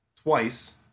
twice